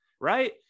right